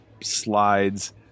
slides